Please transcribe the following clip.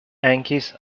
yankees